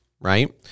right